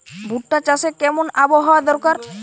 ভুট্টা চাষে কেমন আবহাওয়া দরকার?